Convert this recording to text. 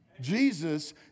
Jesus